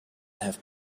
have